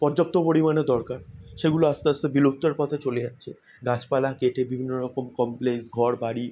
পর্যাপ্ত পরিমাণে দরকার সেগুলো আস্তে আস্তে বিলুপ্তির পথে চলে যাচ্ছে গাছপালা কেটে বিভিন্ন রকম কমপ্লেক্স ঘর বাড়ি